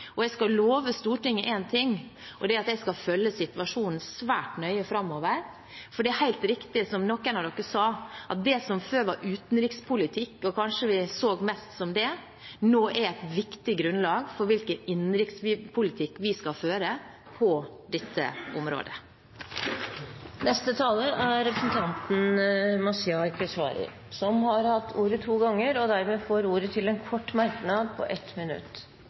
Jeg skal love Stortinget én ting, og det er at jeg skal følge situasjonen svært nøye framover, for det er helt riktig, som noen av dere sa, at det som før var utenrikspolitikk og vi kanskje så på mest som det, nå er et viktig grunnlag for hvilken innenrikspolitikk vi skal føre på dette området. Representanten Mazyar Keshvari har hatt ordet to ganger tidligere og får ordet til en kort merknad, begrenset til 1 minutt.